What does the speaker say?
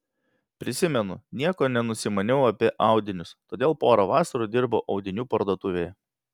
prisimenu nieko nenusimaniau apie audinius todėl porą vasarų dirbau audinių parduotuvėje